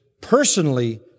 personally